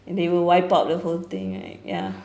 they will wipe out the whole thing right ya